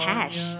Cash